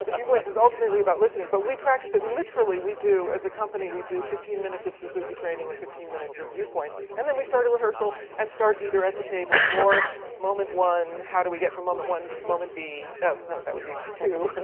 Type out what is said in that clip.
viewpoints is ultimately about listening. but we practice it literally, as a company, we do fifteen minutes of suzuki training and fifteen minutes of viewpoints, and then we start a rehearsal and start either at the table, or moment one, how do we get from moment one to moment b oh, no, that would be two!